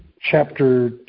chapter